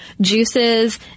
juices